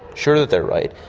sure that they're right,